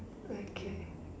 okay